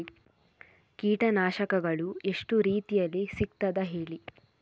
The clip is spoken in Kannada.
ಕೀಟನಾಶಕಗಳು ಎಷ್ಟು ರೀತಿಯಲ್ಲಿ ಸಿಗ್ತದ ಹೇಳಿ